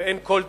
ואין כל תגובה.